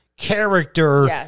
character